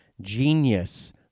Genius